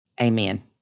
Amen